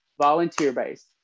volunteer-based